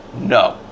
No